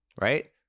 right